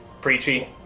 preachy